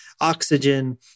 oxygen